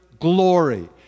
glory